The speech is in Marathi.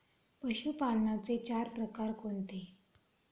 पशुपालनाचे चार प्रकार कोणते?